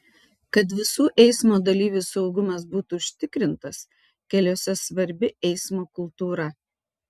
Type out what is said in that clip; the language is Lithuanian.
kad visų eismo dalyvių saugumas būtų užtikrintas keliuose svarbi eismo kultūra